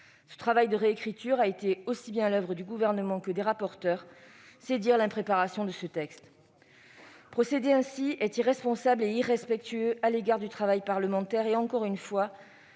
Ce travail de réécriture a été aussi bien l'oeuvre du Gouvernement que des rapporteurs ; c'est dire l'impréparation de ce texte. Procéder ainsi est irresponsable et irrespectueux à l'égard du travail parlementaire, mais